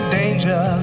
danger